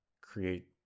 create